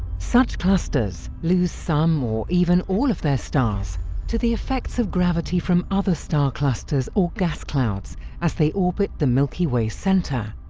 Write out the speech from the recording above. such clusters lose some or even all of their stars to the effects of gravity from other star clusters or gas clouds as they orbit the milky way's centre.